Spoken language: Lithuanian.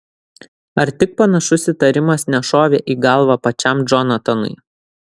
ar tik panašus įtarimas nešovė į galvą pačiam džonatanui